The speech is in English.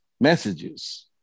messages